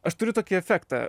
aš turiu tokį efektą